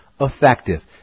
effective